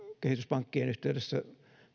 kehityspankkien yhteydessä